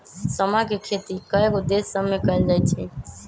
समा के खेती कयगो देश सभमें कएल जाइ छइ